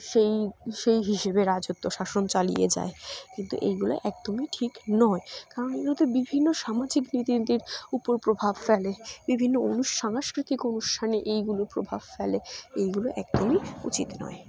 সেই সেই হিসেবে রাজত্ব শাসন চালিয়ে যায় কিন্তু এগুলো একদমই ঠিক নয় কারণ এগুলোতে বিভিন্ন সামাজিক রীতিনীতির উপর প্রভাব ফেলে বিভিন্ন অনু সাংস্কৃতিক অনুষ্ঠানে এইগুলোর প্রভাব ফেলে এইগুলো একদমই উচিত নয়